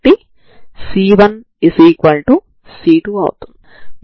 ξ తలంలో వీటిని మీరు తీసుకున్నట్లయితే x0 ct0 మీ అవుతుంది మరియు x0ct0మీ అవుతుంది సరేనా